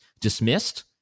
dismissed